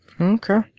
okay